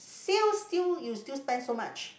sales still you still spend so much